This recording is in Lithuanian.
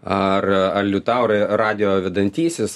ar ar liutaurai radijo vedantysis